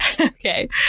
Okay